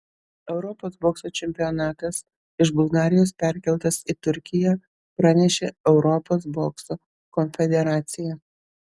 europos bokso čempionatas iš bulgarijos perkeltas į turkiją pranešė europos bokso konfederacija